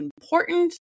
important